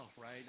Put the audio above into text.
right